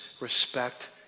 respect